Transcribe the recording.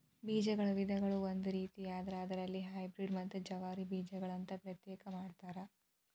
ಬೇಜಗಳ ವಿಧಗಳು ಒಂದು ರೇತಿಯಾದ್ರ ಅದರಲ್ಲಿ ಹೈಬ್ರೇಡ್ ಮತ್ತ ಜವಾರಿ ಬೇಜಗಳು ಅಂತಾ ಪ್ರತ್ಯೇಕ ಮಾಡತಾರ